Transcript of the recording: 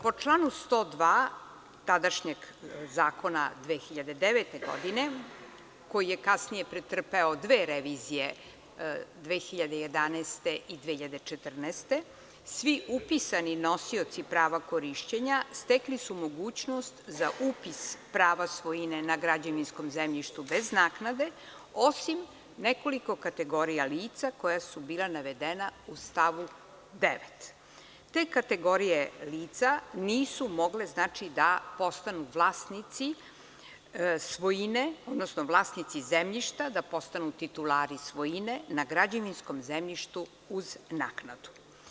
Po članu 102. tadašnjeg zakona iz 2009. godine, koji je kasnije pretrpeo dve revizije, 2011. i 2014. godine, svi upisani nosioci prava korišćenja stekli su mogućnost za upis prava svojine na građevinskom zemljištu bez naknade, osim nekoliko kategorija lica koja su bila navedena u stavu 9. Te kategorije lica nisu mogle da postanu vlasnici svojine, odnosno vlasnici zemljišta, da postanu titulari svojine na građevinskom zemljištu uz naknadu.